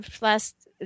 last